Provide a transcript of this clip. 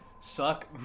Suck